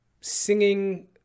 singing